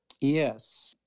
Yes